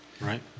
Right